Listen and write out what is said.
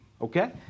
okay